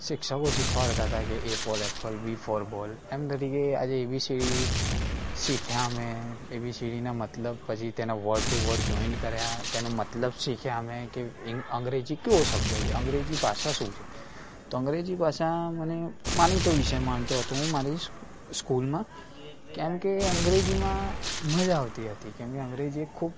શિક્ષકો શીખવાડતા હતા કે A for apple B for ball એમ તરીકે આજે એ બી સી ડી શીખ્યા અમે એ બી સી ડીના મતલબ પછી તેને વર્ડ ટુ વર્ડ જોઇન કર્યા તેનો મતલબ શીખ્યા અમે કે ઇંગ અંગ્રેજી કેવો શબ્દ છે અંગ્રેજી ભાષા શું છે તો અંગ્રેજી ભાષા મને માનીતો વિષય માનતો હતો હું મારી સ્કૂલમાં કારણ કે અંગ્રેજીમાં મજા આવતી હતી અને અંગ્રેજી ખૂબ